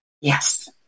Yes